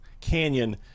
Canyon